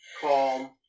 Calm